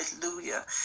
hallelujah